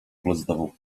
klozetową